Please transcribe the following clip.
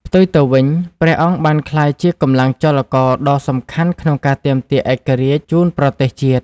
ផ្ទុយទៅវិញ ព្រះអង្គបានក្លាយជាកម្លាំងចលករដ៏សំខាន់ក្នុងការទាមទារឯករាជ្យជូនប្រទេសជាតិ។